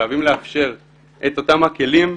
חייבים לאפשר את אותם הכלים.